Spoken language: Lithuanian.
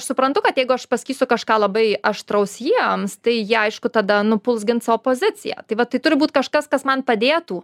suprantu kad jeigu aš pasakysiu kažką labai aštraus jiems tai jie aišku tada nu puls gint savo poziciją tai va tai turi būt kažkas kas man padėtų